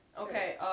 Okay